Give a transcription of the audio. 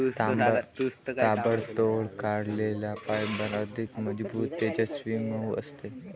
ताबडतोब काढलेले फायबर अधिक मजबूत, तेजस्वी, मऊ असते